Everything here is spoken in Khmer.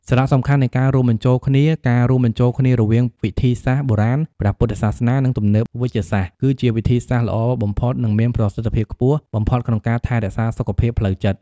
សារៈសំខាន់នៃការរួមបញ្ចូលគ្នា ការរួមបញ្ចូលគ្នារវាងវិធីសាស្ត្របុរាណ ព្រះពុទ្ធសាសនា និងទំនើប វេជ្ជសាស្ត្រ គឺជាវិធីសាស្រ្តល្អបំផុត និងមានប្រសិទ្ធភាពខ្ពស់បំផុតក្នុងការថែរក្សាសុខភាពផ្លូវចិត្ត។